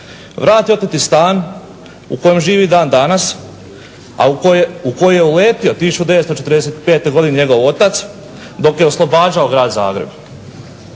vrati oteti stan u kojem živi i dan danas, a u koji je uletio 1945. godine njegov otac dok je oslobađao Grad Zagreb.